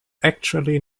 actually